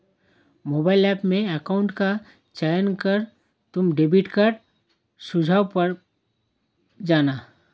mobile app में account का चयन कर तुम डेबिट कार्ड सुझाव पर जाना